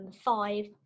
five